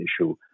issue